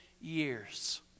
years